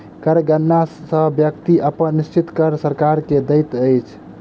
कर गणना सॅ व्यक्ति अपन निश्चित कर सरकार के दैत अछि